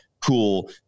cool